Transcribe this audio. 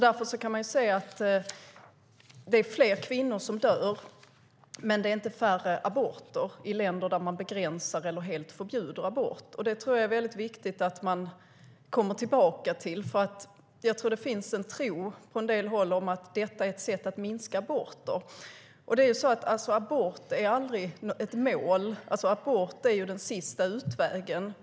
Därför kan vi se att det är fler kvinnor som dör men inte färre aborter i länder där man begränsar eller helt förbjuder abort. Det är viktigt att komma tillbaka till det, för på en del håll finns det en tro att detta är ett sätt att minska antalet aborter. Abort är aldrig ett mål, utan det är den sista utvägen.